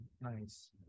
nice